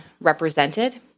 represented